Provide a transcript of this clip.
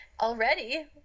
already